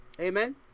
Amen